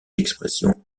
d’expression